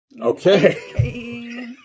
Okay